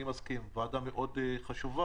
שאני מסכים שזו ועדה מאוד חשובה.